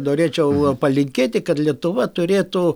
norėčiau palinkėti kad lietuva turėtų